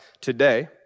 today